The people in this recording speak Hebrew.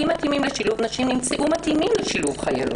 מתאימים לשילוב נשים נמצאו מתאימים לשילוב חיילות,